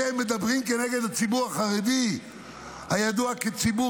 אתם מדברים כנגד הציבור החרדי הידוע כציבור